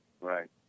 Right